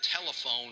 telephone